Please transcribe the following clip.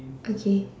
okay